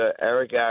Eric